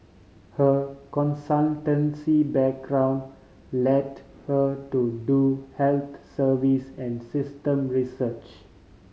her consultancy background led her to do health service and system research